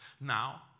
Now